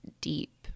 deep